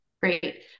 Great